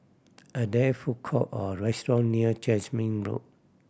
are there food court or restaurant near Jasmine Road